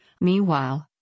Meanwhile